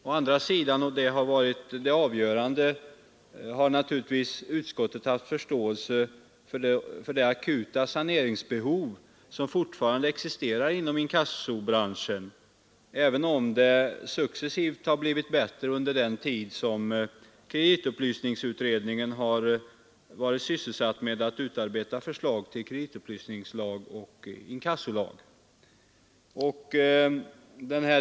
Å andra sidan — och det har varit det avgörande — har naturligtvis utskottet haft förståelse för det akuta saneringsbehov som fortfarande existerar inom inkassobranschen, även om det successivt har blivit bättre under den tid som kreditupplysningsutredningen varit sysselsatt med att utarbeta förslag till kreditupplysningslag och inkassolag.